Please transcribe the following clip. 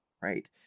right